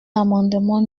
l’amendement